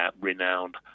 renowned